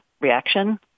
reaction